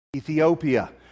Ethiopia